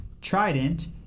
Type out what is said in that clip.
Trident